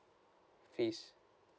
fees